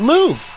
Move